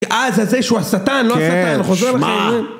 אה, זה הזה שהוא השטן, לא השטן? - כן! שמע...